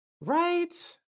Right